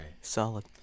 Solid